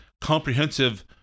comprehensive